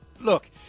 Look